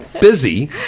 busy